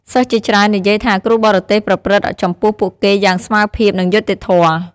សិស្សជាច្រើននិយាយថាគ្រូបរទេសប្រព្រឹត្តចំពោះពួកគេយ៉ាងស្មើភាព និងយុត្តិធម៌។